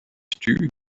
stew